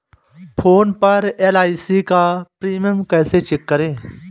Phone पर LIC का premium कैसे चेक करें?